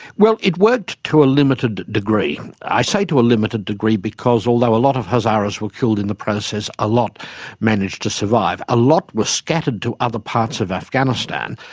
well, it worked to a limited degree. i say to a limited degree because although a lot of hazaras were killed in the process, a lot managed to survive. a lot were scattered to other parts of afghanistan.